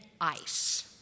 ice